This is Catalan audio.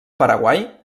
paraguai